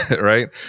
right